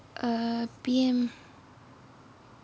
err P_M